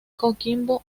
coquimbo